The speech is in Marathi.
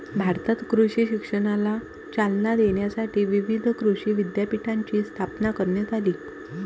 भारतात कृषी शिक्षणाला चालना देण्यासाठी विविध कृषी विद्यापीठांची स्थापना करण्यात आली